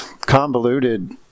convoluted